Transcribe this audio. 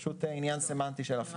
זה פשוט עניין סמנטי של הפניה.